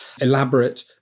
elaborate